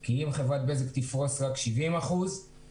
כי אם חברת בזק תפרוס רק 70 אחוזים,